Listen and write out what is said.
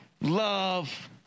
love